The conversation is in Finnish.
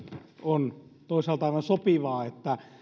on toisaalta aivan sopivaa että